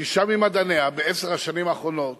שישה ממדעניה בעשר השנים האחרונות